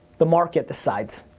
the market decides.